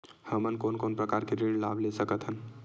हमन कोन कोन प्रकार के ऋण लाभ ले सकत हन?